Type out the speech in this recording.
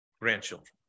grandchildren